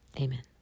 amen